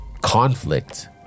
conflict